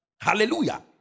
Hallelujah